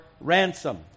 ransom